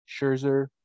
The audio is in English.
Scherzer